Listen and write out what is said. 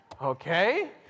Okay